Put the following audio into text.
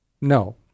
No